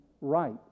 right